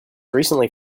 recently